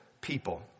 people